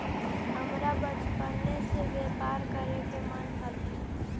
हमरा बचपने से व्यापार करे के मन हलई